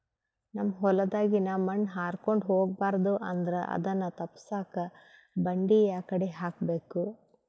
ನಮ್ ಹೊಲದಾಗಿನ ಮಣ್ ಹಾರ್ಕೊಂಡು ಹೋಗಬಾರದು ಅಂದ್ರ ಅದನ್ನ ತಪ್ಪುಸಕ್ಕ ಬಂಡಿ ಯಾಕಡಿ ಹಾಕಬೇಕು?